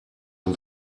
ein